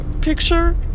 picture